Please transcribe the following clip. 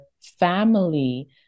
family